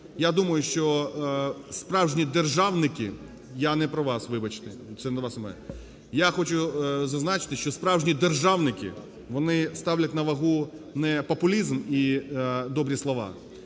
зазначити, що справжні державники, вони ставлять на вагу не популізм і добрі слова,